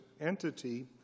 entity